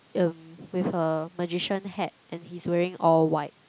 um with a magician hat and he's wearing all white